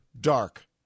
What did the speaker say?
Dark